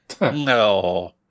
No